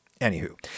Anywho